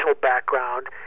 background